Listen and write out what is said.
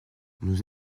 nous